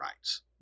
rights